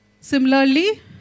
Similarly